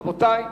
רבותי,